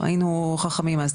היינו חכמים אז,